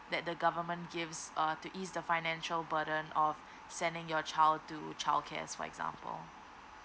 that the government gives uh to ease the financial burden of sending your child to childcare for example